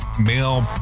male